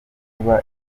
kuba